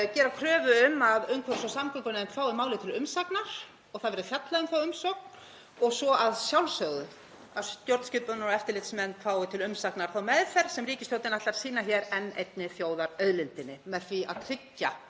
gera kröfu um að umhverfis- og samgöngunefnd fái málið til umsagnar og það verður fjallað um þá umsögn og svo að sjálfsögðu að stjórnskipunar- og eftirlitsnefnd fái til umsagnar þá meðferð sem ríkisstjórnin ætlar að sýna hér enn einni þjóðarauðlindinni, með því að tryggja